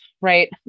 right